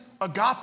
agape